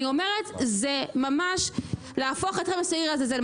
אני אומרת, זה ממש להפוך אתכם לשעיר לעזאזל.